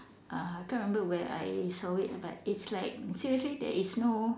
uh I can't remember where I saw it but it's like seriously there is no